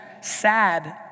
sad